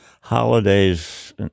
holidays